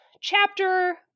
chapter